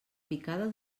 picada